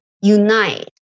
unite